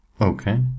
Okay